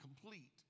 complete